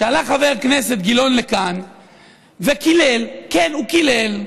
כשעלה חבר הכנסת גילאון לכאן וקילל, כן, הוא קילל: